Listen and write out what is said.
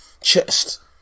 Chest